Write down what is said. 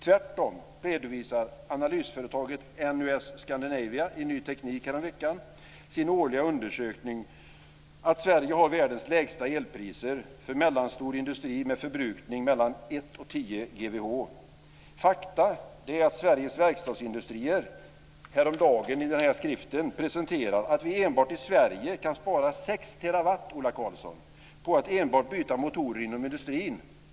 Tvärtom redovisade analysföretaget NUS Scandinavia i Ny Teknik häromveckan i sin årliga undersökning att Sverige har världens lägsta elpriser för mellanstor industri med förbrukning mellan en och tio gigawattimmar. Fakta är att Sveriges Verkstadsinudstrier häromdagen i en skrift presenterar att vi enbart i Sverige kan spara sex terawattimmar, Ola Karlsson, på att enbart byta motorer inom industrin.